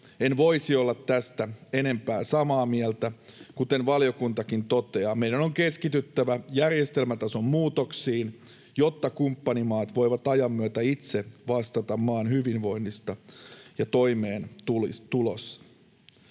en voisi olla tästä enempää samaa mieltä. Kuten valiokuntakin toteaa, meidän on keskityttävä järjestelmätason muutoksiin, jotta kumppanimaat voivat ajan myötä itse vastata maan hyvinvoinnista ja toimeentulosta.